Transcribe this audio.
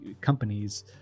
companies